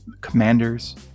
Commanders